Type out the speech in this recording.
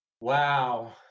wow